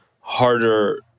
harder